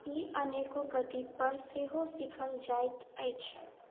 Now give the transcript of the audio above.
ई अनेको गति पर सेहो सिखल जाइत अछि